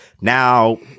Now